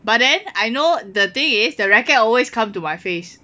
but then I know the thing is the racket always come to my face